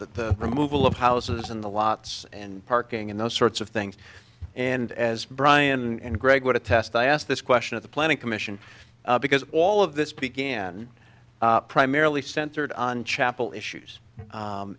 the removal of houses in the lots and parking and those sorts of things and as brian and greg what a test i ask this question of the planning commission because all of this began primarily centered on chapel issues